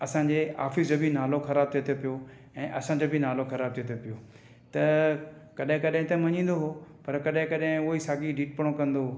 असांजे ऑफिस जो बि नालो ख़राब थिए थो पियो ऐं असांजो बि नालो ख़राब थिए पियो त कॾहिं कॾहिं त मञींदो हुओ पर कॾहिं कॾहिं उहा ई साॻिए डीठ पणो कंदो हुओ